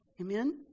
Amen